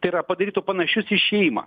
tai yra padarytų panašius į šeimą